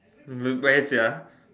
hmm where sia